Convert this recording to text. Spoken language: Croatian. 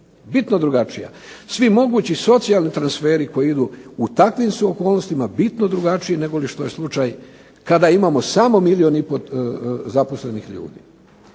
Bitno drugačija. Svi mogući socijalni transferi koji idu u takvim su okolnostima bitno drugačiji negoli što je slučaj kada imamo samo milijun i pol zaposlenih ljudi.